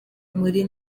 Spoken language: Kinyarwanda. muri